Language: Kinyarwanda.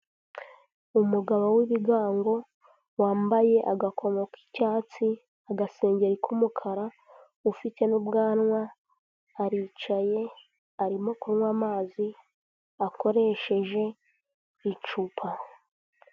Umugabo w'ibigango wambaye agakomo k'icyatsi, agasengeri k'umukara, ufite n'ubwanwa, aricaye arimo kunywa amazi, akoresheje icupa.